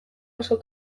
oso